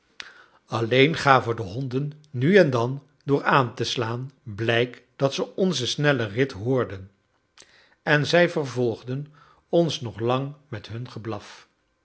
alleen gaven de honden nu en dan door aan te slaan blijk dat zij onzen snellen rit hoorden en zij vervolgden ons nog lang met hun geblaf